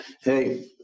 Hey